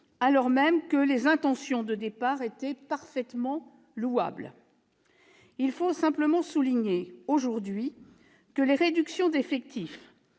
alors même que les intentions de départ étaient parfaitement louables. Il faut simplement souligner aujourd'hui que les réductions d'effectifs,